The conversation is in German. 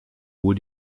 wohl